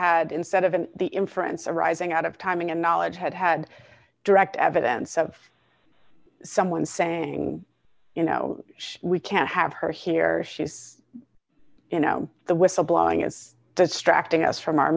had instead of the inference arising out of timing and knowledge had had direct evidence of someone saying you know we can't have her here she's you know the whistle blowing is the strapping us from our